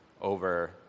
over